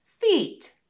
feet